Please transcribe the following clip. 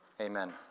Amen